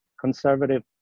conservative